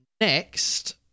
Next